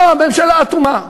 לא, הממשלה אטומה.